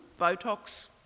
Botox